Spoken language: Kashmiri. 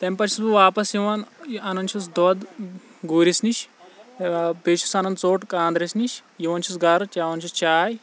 تمہِ پَتہٕ چھُس بہٕ واپَس یِوان یہِ اَنان چھُس دۄد گورِس نِش بیٚیہِ چھُس اَنان ژوٚٹ کاندرِس نِش یِوان چھُس گرٕ چیٚوان چھُس چاے